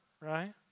right